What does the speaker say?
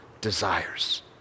desires